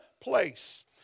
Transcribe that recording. place